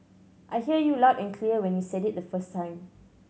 I hear you loud and clear when you said it the first time